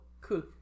Cool